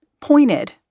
pointed